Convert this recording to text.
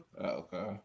Okay